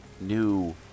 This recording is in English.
new